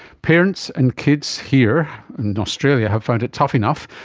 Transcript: parents and kids here in australia have found it tough enough,